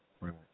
Right